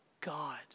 God